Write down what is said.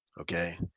Okay